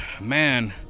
Man